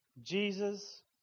Jesus